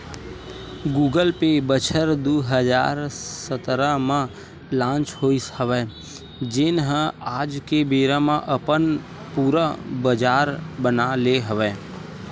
Google Pay बछर दू हजार सतरा म लांच होइस हवय जेन ह आज के बेरा म अपन पुरा बजार बना ले हवय